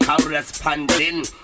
corresponding